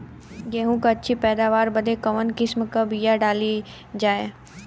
गेहूँ क अच्छी पैदावार बदे कवन किसीम क बिया डाली जाये?